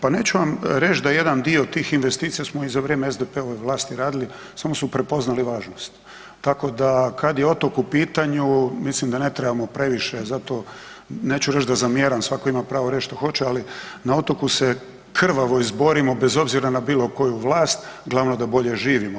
Pa reći ću vam da jedan dio tih investicija smo i za vrijeme SDP-ove vlasti radili, samo su prepoznali važnost, tako da kad je otok u pitanju, mislim da ne trebamo previše za to, neću reći da zamjeram, svako ima pravo reći što hoće ali na otoku se krvavo izborimo bez obzira na bilokoju vlast, glavno da bolje živimo.